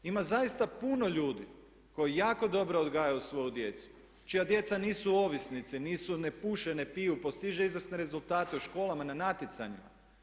Ima zaista puno ljudi koji jako dobro odgajaju svoju djecu, čija djeca nisu ovisnici, ne puše, ne piju, postižu izvrsne rezultate u školama na natjecanjima.